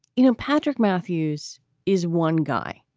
you know, patrick matthews is one guy,